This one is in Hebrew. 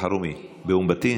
באום בטין?